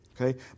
Okay